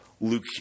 Luke